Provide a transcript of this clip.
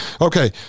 Okay